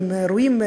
והם רואים,